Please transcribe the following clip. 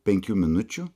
penkių minučių